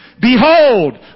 Behold